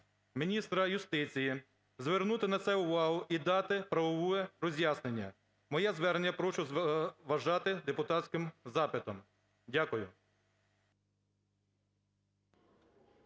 міністра юстиції звернути на це увагу і дати правове роз'яснення. Моє звернення прошу вважати депутатським запитом. Дякую.